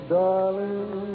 darling